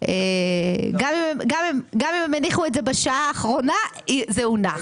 גם אם הם הניחו את זה בשעה האחרונה, זה הונח.